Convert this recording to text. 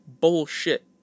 Bullshit